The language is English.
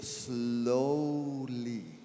slowly